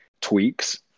tweaks